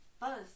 Buzz